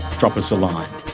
drop us a line.